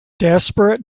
desperate